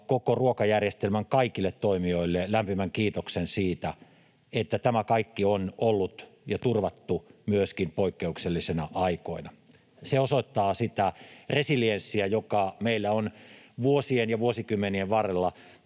koko ruokajärjestelmän kaikille toimijoille lämpimän kiitoksen siitä, että tämä kaikki on ollut ja on turvattu myöskin poik- keuksellisina aikoina. Se osoittaa sitä resilienssiä, joka meillä on vuosien ja vuosikymmenien varrella